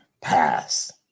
pass